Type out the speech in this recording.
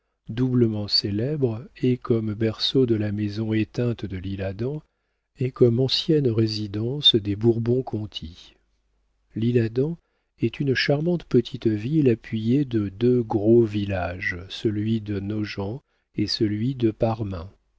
doublement célèbre et comme berceau de la maison éteinte de l'isle-adam et comme ancienne résidence des bourbon conti l'isle-adam est une charmante petite ville appuyée de deux gros villages celui de nogent et celui de parmain